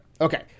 Okay